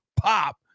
Pop